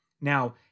Now